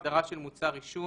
הגדרה של "מוצר עישון",